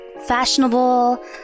fashionable